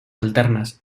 alternas